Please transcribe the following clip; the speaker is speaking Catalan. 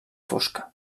fosca